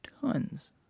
tons